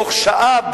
בתוך שעה,